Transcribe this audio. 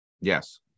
Yes